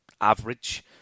average